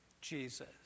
Jesus